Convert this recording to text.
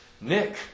Nick